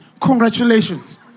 congratulations